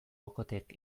okothek